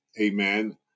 Amen